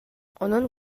онон